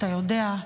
אתה יודע,